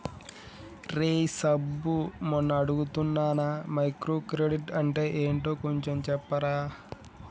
రేయ్ సబ్బు మొన్న అడుగుతున్నానా మైక్రో క్రెడిట్ అంటే ఏంటో కొంచెం చెప్పరా